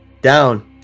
down